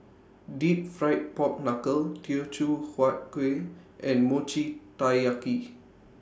Deep Fried Pork Knuckle Teochew Huat Kuih and Mochi Taiyaki